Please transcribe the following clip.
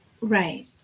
right